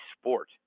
sport